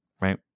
right